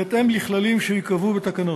בהתאם לכללים שייקבעו בתקנות.